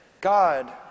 God